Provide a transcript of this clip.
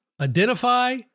identify